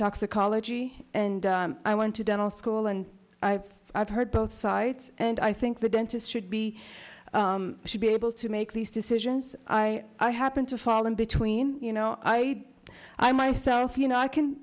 toxicology and i want to dental school and i've heard both sides and i think the dentists should be should be able to make these decisions i i happen to fall in between you know i i myself you know i can